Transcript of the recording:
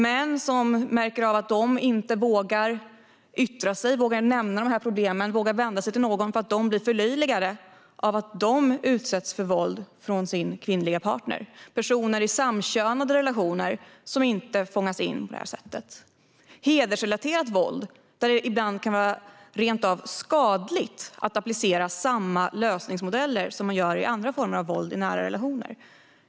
Det finns män som inte vågar nämna dessa problem eller vända sig till någon eftersom de blir förlöjligade för att de utsätts för våld av sin kvinnliga partner. Personer i samkönade relationer fångas inte heller in. När det gäller hedersrelaterat våld kan det ibland vara rentav skadligt att applicera samma lösningsmodeller som man gör på andra former av våld i nära relationer.